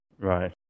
right